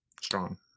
strong